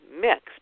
mixed